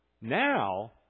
now